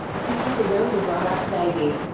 he has a younger brother, david.